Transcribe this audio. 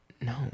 No